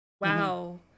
wow